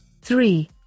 Three